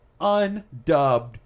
undubbed